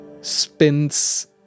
spins